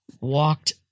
walked